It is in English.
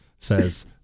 says